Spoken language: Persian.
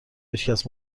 هیچکس